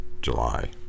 July